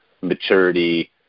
maturity